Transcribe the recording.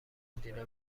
مدیره